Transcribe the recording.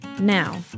Now